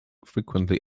frequently